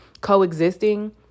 coexisting